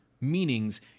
meanings